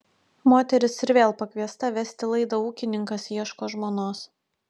moteris ir vėl pakviesta vesti laidą ūkininkas ieško žmonos